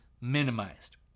minimized